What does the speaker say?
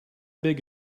big